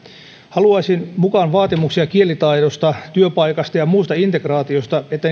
haluaisin mukaan vaatimuksia kielitaidosta työpaikasta ja muusta integraatiosta että